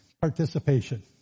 participation